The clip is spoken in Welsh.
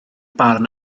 barn